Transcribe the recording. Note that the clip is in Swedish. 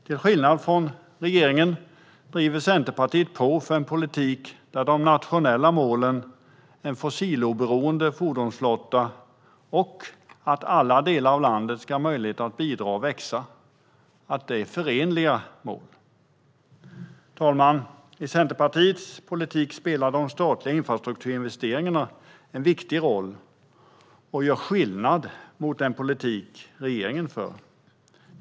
Till skillnad från regeringen driver Centerpartiet på för en politik där de nationella målen om en fossiloberoende fordonsflotta och att alla delar av landet ska ha möjlighet att bidra och växa är förenliga mål. Herr talman! I Centerpartiets politik spelar de statliga infrastrukturinvesteringarna en viktig roll. De gör skillnad mot den politik regeringen för.